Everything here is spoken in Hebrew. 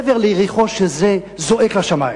מעבר ליריחו, שזה זועק לשמים: